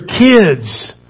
kids